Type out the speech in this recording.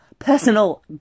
Personal